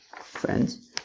Friends